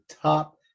top